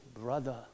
brother